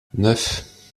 neuf